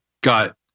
got